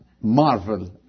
marvel